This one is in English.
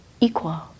equal